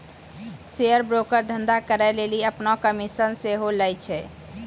share broker धंधा करै लेली अपनो कमिशन सेहो लै छै